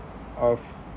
of